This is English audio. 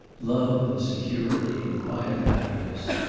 love and security and quiet happiness.